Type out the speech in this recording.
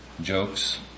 jokes